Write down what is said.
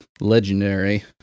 legendary